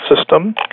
system